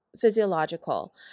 physiological